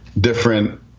different